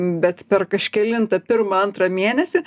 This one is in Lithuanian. bet per kažkelintą pirmą antrą mėnesį